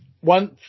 one